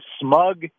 smug